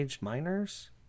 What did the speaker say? minors